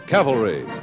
Cavalry